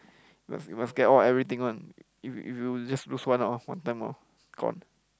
you must you must get all everything one if you if you just lose one out one time orh gone